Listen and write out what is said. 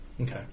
Okay